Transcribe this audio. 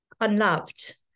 unloved